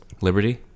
liberty